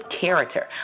character